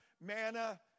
Manna